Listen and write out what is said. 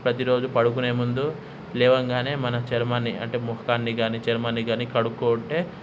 ఈరోజు పడుకునే ముందు లేవగానే మన చర్మాన్ని అంటే ముఖాన్ని కాని చర్మాన్ని కాని కడుక్కుంటే